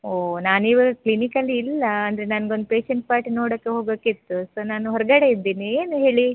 ಓ ನಾನಿವಾಗ ಕ್ಲಿನಿಕಲ್ಲಿ ಇಲ್ಲ ಅಂದರೆ ನನ್ಗೊಂದು ಪೇಶೆಂಟ್ ಪಾರ್ಟಿ ನೋಡಕ್ಕೆ ಹೋಗೊಕ್ಕೆ ಇತ್ತು ಸೊ ನಾನು ಹೊರಗಡೆ ಇದ್ದೀನಿ ಏನು ಹೇಳಿ